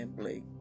Blake